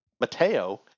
Mateo